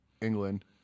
England